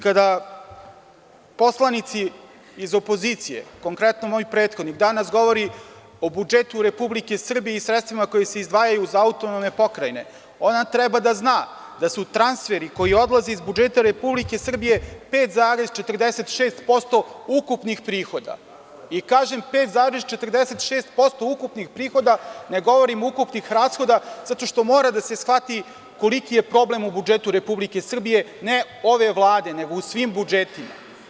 Kada poslanici iz opozicije, konkretno moj prethodnik danas govori o budžetu Republike Srbije i sredstvima koja se izdvajaju za AP, ona treba da zna da su transferi koji odlaze iz budžeta Republike Srbije 5,46% ukupnih prihoda i kažem 5,46% ukupnih prihoda, ne govorim ukupnih rashoda zato što mora da se shvati koliki je problem u budžetu Republike Srbije, ne ove Vlade, nego u svim budžetima.